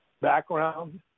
background